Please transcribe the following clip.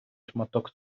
шматок